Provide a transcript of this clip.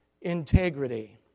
integrity